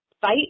fight